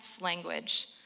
language